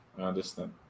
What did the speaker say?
understand